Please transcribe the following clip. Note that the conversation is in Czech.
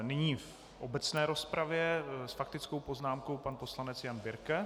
Nyní v obecné rozpravě s faktickou poznámkou pan poslanec Jan Birke.